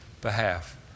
behalf